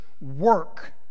work